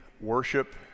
worship